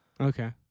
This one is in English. Okay